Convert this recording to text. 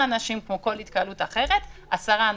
אנשים כמו כל התקהלות אחרת עשרה אנשים.